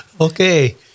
Okay